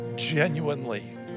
genuinely